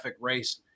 race